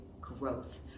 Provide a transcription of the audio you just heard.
growth